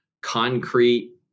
concrete